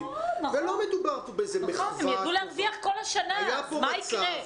ולא מדובר פה באיזו מחווה או טובה.